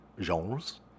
genres